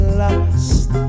lost